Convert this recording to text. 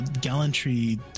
gallantry